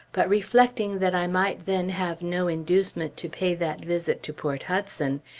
but reflecting that i might then have no inducement to pay that visit to port hudson,